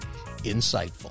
Insightful